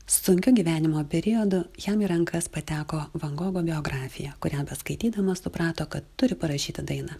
sunkiu gyvenimo periodu jam į rankas pateko van gogo biografija kurią beskaitydamas suprato kad turi parašyti dainą